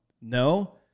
No